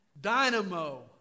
dynamo